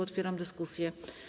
Otwieram dyskusję.